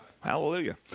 Hallelujah